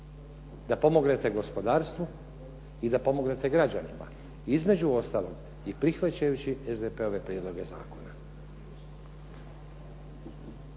da pomognete gospodarstvu i da pomognete građanima, između ostalog i prihvaćajući i SDP-ove prijedloge zakona.